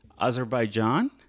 Azerbaijan